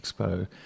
Expo